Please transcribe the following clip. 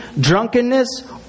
drunkenness